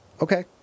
Okay